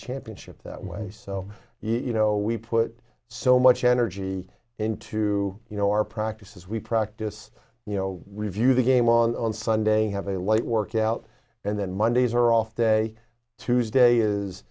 championship that way so you know we put so much energy into you know our practices we practice you know review the game on sunday have a light workout and then mondays are off day tuesday is